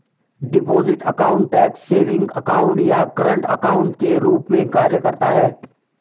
deposit account tax savings account या current account के रूप में कार्य करता है